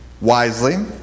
wisely